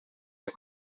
the